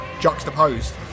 juxtaposed